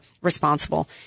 responsible